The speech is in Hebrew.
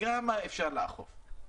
כמה אפשר לאכוף?